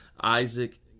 Isaac